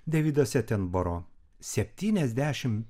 deividas etenboro septyniasdešimt